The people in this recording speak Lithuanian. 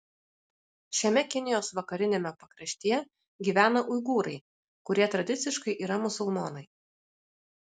šiame kinijos vakariniame pakraštyje gyvena uigūrai kurie tradiciškai yra musulmonai